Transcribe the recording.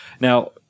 Now